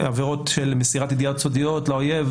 עבירות של מסירת ידיעות סודיות לאויב,